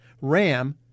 Ram